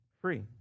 free